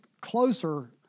closer